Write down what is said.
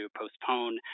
postpone